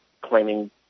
claiming